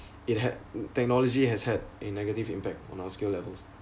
it had technology has had a negative impact on our skill levels